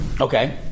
Okay